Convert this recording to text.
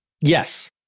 Yes